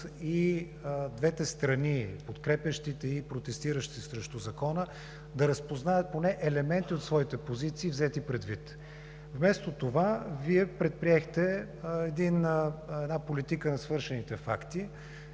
и двете страни – подкрепящите и протестиращите срещу Закона, да разпознаят поне елементи от своите позиции, взети предвид. Вместо това Вие предприехте една политика на свършените факти,